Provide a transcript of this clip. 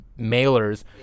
mailers